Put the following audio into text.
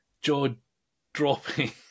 jaw-dropping